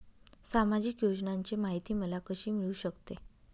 सामाजिक योजनांची माहिती मला कशी मिळू शकते?